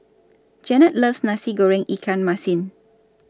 Jennette loves Nasi Goreng Ikan Masin